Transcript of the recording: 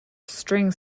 string